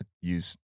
use